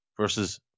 versus